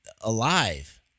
alive